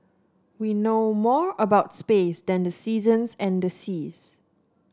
we know more about space than the seasons and the seas